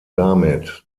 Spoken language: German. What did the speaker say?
damit